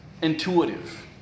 intuitive